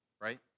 right